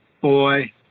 boy